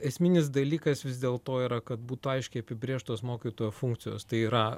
esminis dalykas vis dėlto yra kad būtų aiškiai apibrėžtos mokytojo funkcijos tai yra